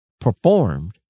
performed